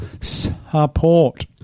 support